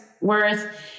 Worth